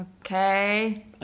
Okay